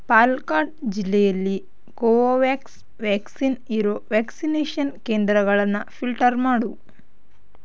ಪಾಲಕ್ಕಾಡ್ ಜಿಲ್ಲೆಯಲ್ಲಿ ಕೋವ್ಯಾಕ್ಸ್ ವ್ಯಾಕ್ಸಿನ್ ಇರೋ ವ್ಯಾಕ್ಸಿನೇಷನ್ ಕೇಂದ್ರಗಳನ್ನು ಫಿಲ್ಟರ್ ಮಾಡು